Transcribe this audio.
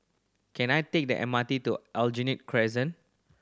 can I take the M R T to Aljunied Crescent